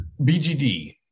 bgd